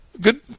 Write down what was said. good